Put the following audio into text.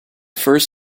first